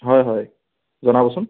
হয় হয় জনাবচোন